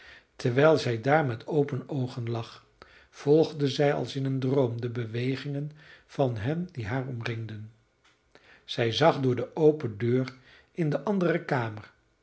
terwijl zij daar met open oogen lag volgde zij als in een droom de bewegingen van hen die haar omringden zij zag door de open deur in de andere kamer